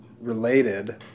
Related